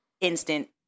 instant